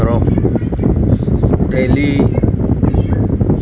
ধৰক ডেইলি